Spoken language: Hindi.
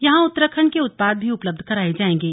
यहां उत्तराखण्ड के उत्पाद भी उपलब्ध कराए जाएंगे